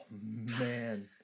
man